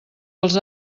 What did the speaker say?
els